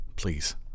Please